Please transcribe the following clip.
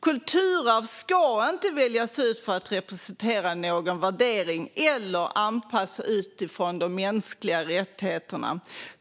Kulturarv ska inte väljas ut för att representera någon värdering eller anpassas utifrån de mänskliga rättigheterna.